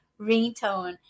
ringtone